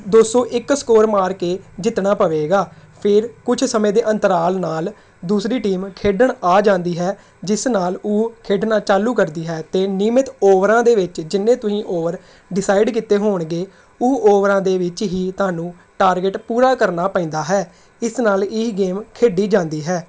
ਦੋ ਸੌ ਇੱਕ ਸਕੋਰ ਮਾਰ ਕੇ ਜਿੱਤਣਾ ਪਵੇਗਾ ਫਿਰ ਕੁਛ ਸਮੇਂ ਦੇ ਅੰਤਰਾਲ ਨਾਲ ਦੂਸਰੀ ਟੀਮ ਖੇਡਣ ਆ ਜਾਂਦੀ ਹੈ ਜਿਸ ਨਾਲ ਉਹ ਖੇਡਣਾ ਚਾਲੂ ਕਰਦੀ ਹੈ ਅਤੇ ਨਿਯਮਿਤ ਓਵਰਾਂ ਦੇ ਵਿੱਚ ਜਿੰਨੇ ਤੁਸੀਂ ਓਵਰ ਡਿਸਾਈਡ ਕੀਤੇ ਹੋਣਗੇ ਉਹ ਓਵਰਾਂ ਦੇ ਵਿੱਚ ਹੀ ਤੁਹਾਨੂੰ ਟਾਰਗੇਟ ਪੂਰਾ ਕਰਨਾ ਪੈਂਦਾ ਹੈ ਇਸ ਨਾਲ ਇਹ ਗੇਮ ਖੇਡੀ ਜਾਂਦੀ ਹੈ